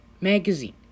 magazine